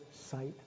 sight